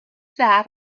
that